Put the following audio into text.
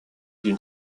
d’une